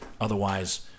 Otherwise